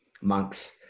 monks